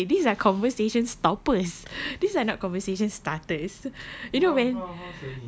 exactly these are conversation stoppers these are not conversation starters you know when